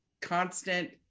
constant